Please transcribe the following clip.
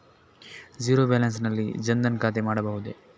Zero balance ನಲ್ಲಿ ಜನ್ ಧನ್ ಖಾತೆ ಮಾಡಬಹುದೇ?